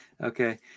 Okay